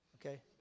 okay